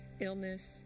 Illness